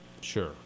Sure